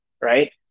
right